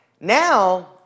now